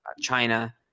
China